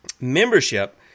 membership